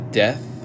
death